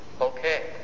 Okay